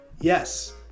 Yes